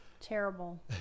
Terrible